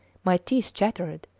my teeth chattered,